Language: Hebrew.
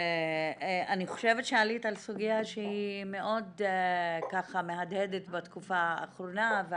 אני חושבת שעלית על סוגיה שהיא מאוד מהדהדת בתקופה האחרונה,